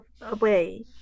away